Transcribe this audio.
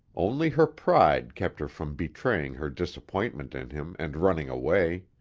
only her pride kept her from betraying her disappointment in him and running away.